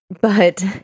But-